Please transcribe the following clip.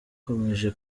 akomeje